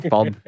Bob